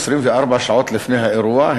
24 שעות לפני האירוע,